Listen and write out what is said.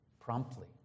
promptly